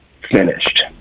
finished